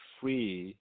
free